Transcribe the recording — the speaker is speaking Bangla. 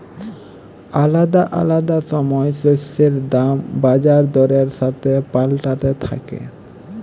আলাদা আলাদা সময় শস্যের দাম বাজার দরের সাথে পাল্টাতে থাক্যে